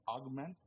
augment